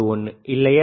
21 இல்லையா